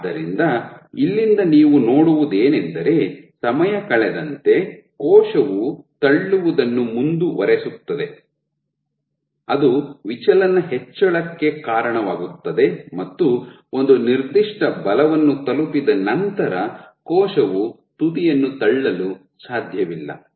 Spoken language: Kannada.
ಆದ್ದರಿಂದ ಇಲ್ಲಿಂದ ನೀವು ನೋಡುವುದೇನೆಂದರೆ ಸಮಯ ಕಳೆದಂತೆ ಕೋಶವು ತಳ್ಳುವುದನ್ನು ಮುಂದುವರಿಸುತ್ತದೆ ಅದು ವಿಚಲನ ಹೆಚ್ಚಳಕ್ಕೆ ಕಾರಣವಾಗುತ್ತದೆ ಮತ್ತು ಒಂದು ನಿರ್ದಿಷ್ಟ ಬಲವನ್ನು ತಲುಪಿದ ನಂತರ ಕೋಶವು ತುದಿಯನ್ನು ತಳ್ಳಲು ಸಾಧ್ಯವಿಲ್ಲ